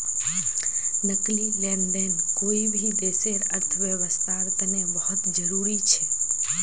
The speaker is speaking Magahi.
नकदी लेन देन कोई भी देशर अर्थव्यवस्थार तने बहुत जरूरी छ